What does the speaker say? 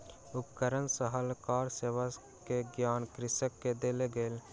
उपकरण सलाहकार सेवा के ज्ञान कृषक के देल गेल